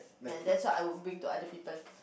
ya that's what I would bring to other people